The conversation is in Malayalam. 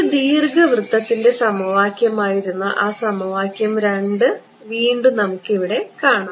ഒരു ദീർഘവൃത്തത്തിന്റെ സമവാക്യമായിരുന്ന ആ സമവാക്യം 2 വീണ്ടും ഇവിടെ നമുക്ക് കാണാം